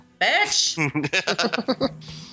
bitch